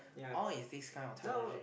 all is this kind of technology